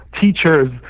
teachers